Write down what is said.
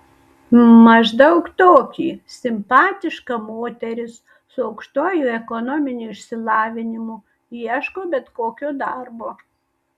maždaug tokį simpatiška moteris su aukštuoju ekonominiu išsilavinimu ieško bet kokio darbo